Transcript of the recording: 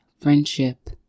friendship